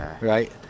right